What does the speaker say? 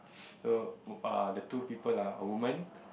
so uh the two people are a woman